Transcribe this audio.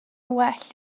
well